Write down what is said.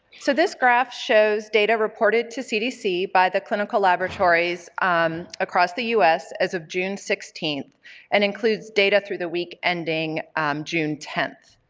so this graph shows data reported to cdc by the clinical laboratories um across the us as of june sixteenth and includes data through the week ending june tenth.